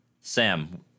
Sam